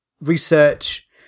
research